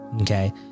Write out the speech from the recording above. Okay